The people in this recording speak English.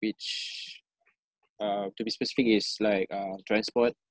which um to be specific is like um transport